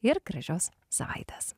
ir gražios savaitės